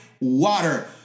water